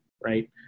Right